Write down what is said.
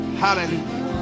hallelujah